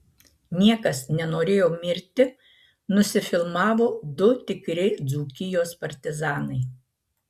niekas nenorėjo mirti nusifilmavo du tikri dzūkijos partizanai